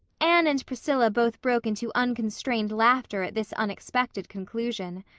anne and priscilla both broke into unconstrained laughter at this unexpected conclusion.